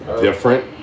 different